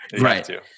Right